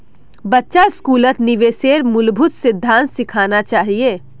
बच्चा स्कूलत निवेशेर मूलभूत सिद्धांत सिखाना चाहिए